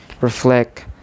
reflect